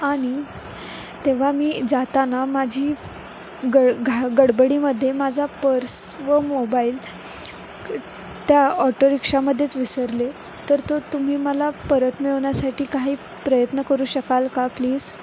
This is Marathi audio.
आणि तेव्हा मी जाताना माझी गड घा गडबडीमध्ये माझा पर्स व मोबाईल त्या ऑटोरिक्षामध्येच विसरले तर तो तुम्ही मला परत मिळवण्यासाठी काही प्रयत्न करू शकाल का प्लीज